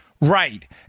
right